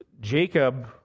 Jacob